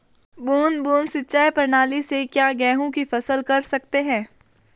बूंद बूंद सिंचाई प्रणाली से क्या गेहूँ की फसल कर सकते हैं?